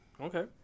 Okay